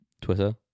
Twitter